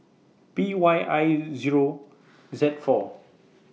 P Y I Zero Z four